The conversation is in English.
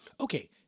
Okay